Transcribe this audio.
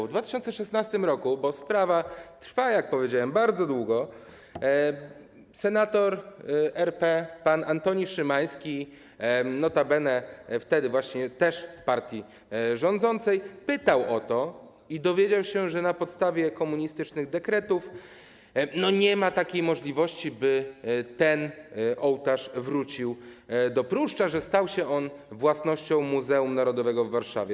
W 2016 r., bo sprawa trwa, jak powiedziałem, bardzo długo, senator RP pan Antoni Szymański, notabene wtedy właśnie też z partii rządzącej, pytał o to i dowiedział się, że na podstawie komunistycznych dekretów nie ma takiej możliwości, by ten ołtarz wrócił do Pruszcza, że stał się on własnością Muzeum Narodowego w Warszawie.